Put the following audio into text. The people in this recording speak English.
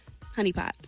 Honeypot